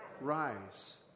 rise